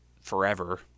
forever